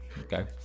Okay